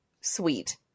sweet